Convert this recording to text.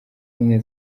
ubumwe